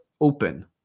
open